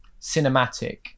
cinematic